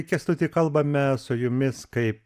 kęstuti kalbame su jumis kaip